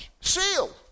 Sealed